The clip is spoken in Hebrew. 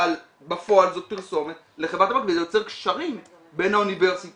אבל בפועל זה פרסומת לחברת הטבק וזה יוצר קשרים בין האוניברסיטה